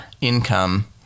income